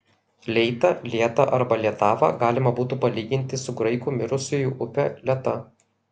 leitą lietą arba lietavą galima būtų palyginti su graikų mirusiųjų upe leta